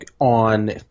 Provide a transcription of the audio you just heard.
on